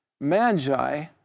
Magi